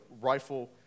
rifle